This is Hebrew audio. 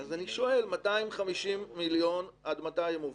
--- אז אני שואל, 250 מיליון עד מתי הם עוברים?